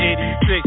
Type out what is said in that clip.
86